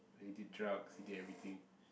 he did drugs he did everything